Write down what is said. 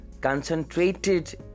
Concentrated